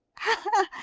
ha, ha!